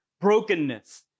brokenness